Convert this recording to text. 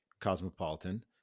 cosmopolitan